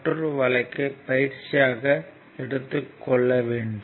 மற்றொரு வழக்கை பயிற்சியாக எடுத்துக் கொள்ளவும்